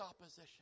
opposition